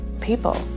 people